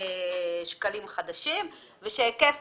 שקלים ושהיקף